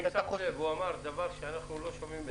אם שמת לב, הוא אמר דבר שאנחנו לא שומעים.